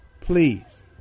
Please